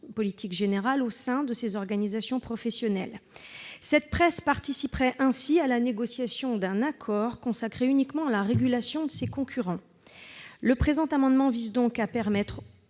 politique générale au sein de ces organisations professionnelles, cette presse participerait ainsi à la négociation d'un accord consacré uniquement à la régulation de ses concurrents. Le présent amendement vise donc à permettre